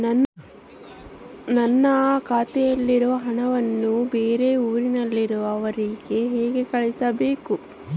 ನನ್ನ ಖಾತೆಯಲ್ಲಿರುವ ಹಣವನ್ನು ಬೇರೆ ಊರಿನಲ್ಲಿರುವ ಅವರಿಗೆ ಹೇಗೆ ಕಳಿಸಬೇಕು?